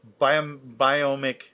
biomic